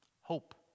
Hope